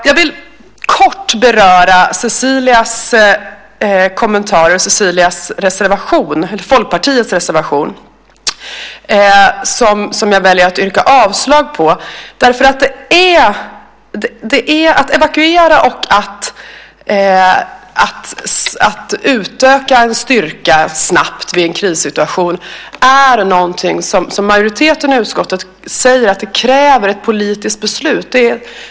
Jag vill kort beröra Cecilias kommentarer och Folkpartiets reservation som jag väljer att yrka avslag på. Att evakuera och att utöka en styrka snabbt vid en krissituation är något som majoriteten i utskottet säger kräver ett politiskt beslut.